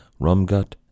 Rumgut